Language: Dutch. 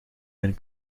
mijn